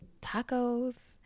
tacos